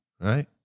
right